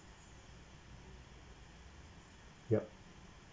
yup